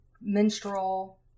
menstrual